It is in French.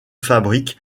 fabriques